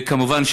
כמובן,